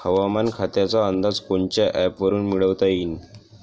हवामान खात्याचा अंदाज कोनच्या ॲपवरुन मिळवता येईन?